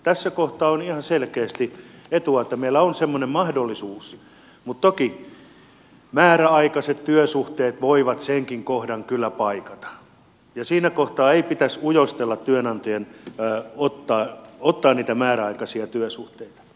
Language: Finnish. tässä kohtaa on ihan selkeästi etua että meillä on semmoinen mahdollisuus mutta toki määräaikaiset työsuhteet voivat senkin kohdan kyllä paikata ja siinä kohtaa ei pitäisi työnantajien ujostella ottaa niitä määräaikaisia työsuhteita